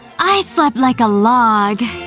i slept like a log.